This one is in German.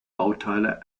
bauteile